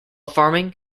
farming